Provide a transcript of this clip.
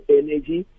energy